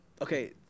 okay